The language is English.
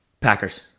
Packers